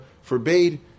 forbade